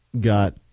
got